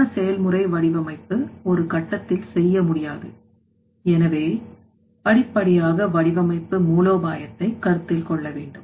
தியான செயல்முறை வடிவமைப்பு ஒரு கட்டத்தில் செய்ய முடியாது எனவே படிப்படியாக வடிவமைப்பு மூலோபாயத்தை கருத்தில் கொள்ள வேண்டும்